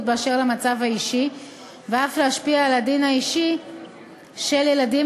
באשר למצב האישי ואף להשפיע על הדין האישי של ילדים,